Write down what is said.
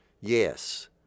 Yes